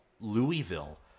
Louisville